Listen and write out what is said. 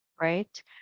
right